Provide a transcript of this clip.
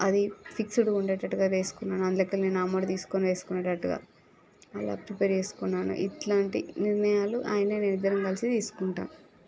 అది ఫిక్సిడ్గా వుండేటట్టుగా వేసుకున్నాను అందులోకెళ్ళి నేను అమౌంట్ తీసుకొని వేసుకొనేటట్టుగా అలా ప్రిపేర్ చేసుకున్నాను ఇలాంటి నిర్ణయాలు ఆయన నేను ఇద్దరం కలిసి తీసుకుంటాం